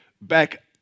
back